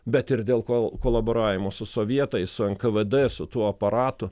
bet ir dėl kol kolaboravimo su sovietais su nkvd su tuo aparatu